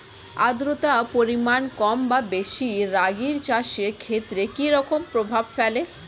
আদ্রতার পরিমাণ কম বা বেশি রাগী চাষের ক্ষেত্রে কি রকম প্রভাব ফেলে?